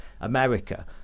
America